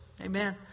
Amen